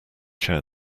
chair